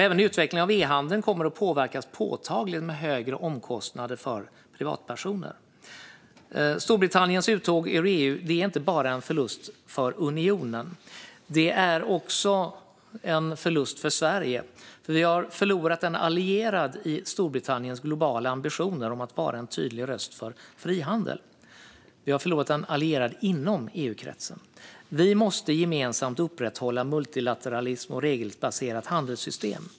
Även utvecklingen av e-handeln kommer att påverkas påtagligt, med högre omkostnader för privatpersoner. Storbritanniens uttåg ur EU är inte bara en förlust för unionen. Det är också en förlust för Sverige. Vi har förlorat en allierad med tanke på Storbritanniens globala ambitioner att vara en tydlig röst för frihandel. Vi har förlorat en allierad inom EU-kretsen. Vi måste gemensamt upprätthålla multilateralism och ett regelbaserat handelssystem.